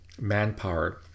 manpower